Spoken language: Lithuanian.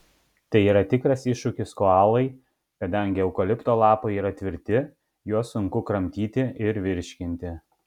tai yra tikras iššūkis koalai kadangi eukalipto lapai yra tvirti juos sunku kramtyti ir virškinti